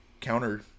counter